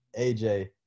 AJ